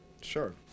Sure